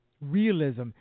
realism